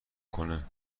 کنه